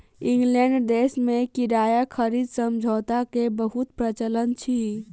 England देश में किराया खरीद समझौता के बहुत प्रचलन अछि